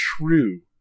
true